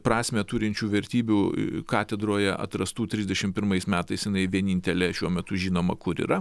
prasmę turinčių vertybių katedroje atrastų trisdešimt pirmais metais jinai vienintelė šiuo metu žinoma kur yra